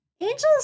angels